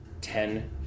ten